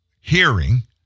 hearing